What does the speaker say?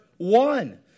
One